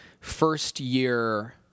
first-year